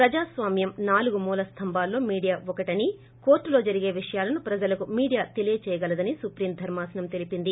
ప్రజాస్వామ్య నాలుగు మూల స్తంభాల్లో మీడియా ఒకటని కోర్లుల్లో జరిగే విషయాలను ప్రజలకు మీడియా తెలియజేయగలదని సుప్రీం ధర్మాసనం తెలిపింది